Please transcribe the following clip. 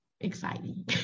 exciting